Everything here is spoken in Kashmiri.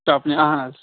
چَپٕنۍ اَہَن حظ